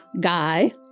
guy